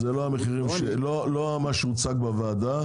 זה לא מה שהוצג בוועדה.